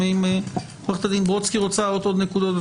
אם עוה"ד ברודסקי רוצה להעלות עוד נקודות,